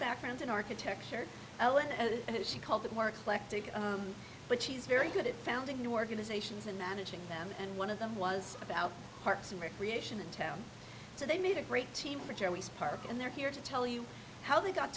background in architecture ellen and she called that work collecting but she's very good at founding new organizations and managing them and one of them was about parks and recreation in town so they made a great team for charities park and they're here to tell you how they got